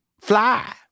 Fly